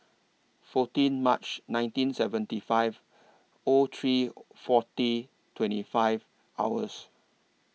fourteen March nineteen seventy five O three forty twenty five hours